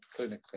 clinically